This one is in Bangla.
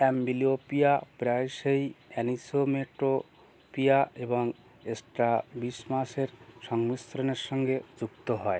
অ্যাম্বলিওপিয়া প্রায়শই অ্যানিসোমেট্রোপিয়া এবং এস্ট্রাবিসমাসের সংমিশ্রণের সঙ্গে যুক্ত হয়